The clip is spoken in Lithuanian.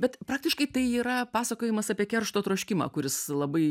bet praktiškai tai yra pasakojimas apie keršto troškimą kuris labai